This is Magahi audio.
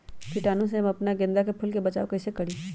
कीटाणु से हम अपना गेंदा फूल के बचाओ कई से करी?